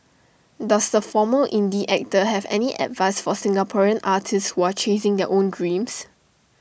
does the former indie actor have any advice for Singaporean artists were chasing their own dreams